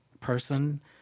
person